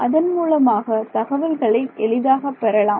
அதன் மூலமாக தகவல்களை எளிதாக பெறலாம்